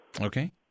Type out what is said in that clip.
Okay